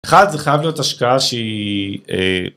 אחד זה חייב להיות השקעה שהיא אה...